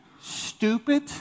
stupid